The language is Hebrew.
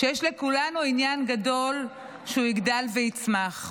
שיש לכולנו עניין גדול שהוא יגדל ויצמח.